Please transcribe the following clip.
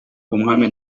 umwami